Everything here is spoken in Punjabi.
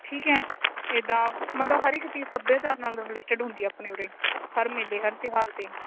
ਠੀਕ ਹੈ ਇੱਦਾਂ ਮਤਲਬ ਹਰ ਇੱਕ ਚੀਜ਼ ਸੱਭਿਆਚਾਰ ਨਾਲ ਰਿਲੇਟਡ ਹੁੰਦੀ ਹੈ ਆਪਣੇ ਉਰੇ ਹਰ ਮੇਲੇ ਹਰ ਤਿਉਹਾਰ 'ਤੇ